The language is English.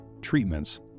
treatments